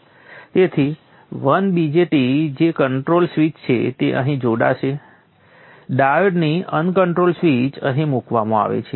તેથી 1 BJT જે controlled switch છે તે અહીં જોડાશે ડાયોડની અકન્ટ્રોલ્ડ સ્વીચ અહીં મૂકવામાં આવશે